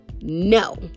No